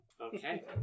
Okay